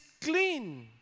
clean